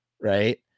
right